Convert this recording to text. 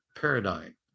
Paradigm